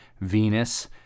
Venus